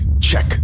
check